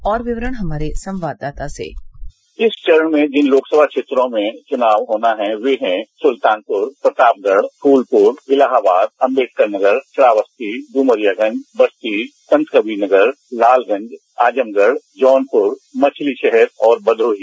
और विवरण हमारे संवाददाता से इस चरण में जिन लोकसभा क्षेत्रों में चुनाव होना है वे हैं सुल्तानपुर प्रतापगढ़ फूलपुर इलाहाबाद अम्बेडकर नगर श्रावस्ती डुमरियागंज बस्ती संत कबीर नगर लालगंज आजमगढ़ जौनपुर मछलीशहर और भदोही